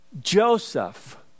Joseph